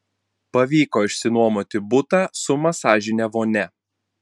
pavyko išsinuomoti butą su masažine vonia